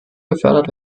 gefördert